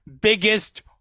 biggest